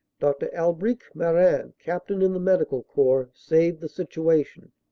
dr. alb ric lviarin, captain in the medical corps, saved the situation.